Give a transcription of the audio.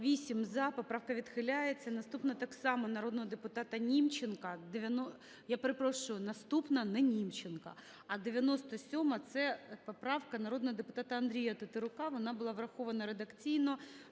За-8 Поправка відхиляється. Наступна так само народного депутата Німченка. Я перепрошую, наступна не Німченка, а 97-а – це поправка народного депутата Андрія Тетерука, вона була врахована редакційно.